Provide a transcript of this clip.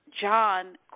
John